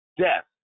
Death